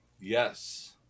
Yes